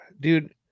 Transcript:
Dude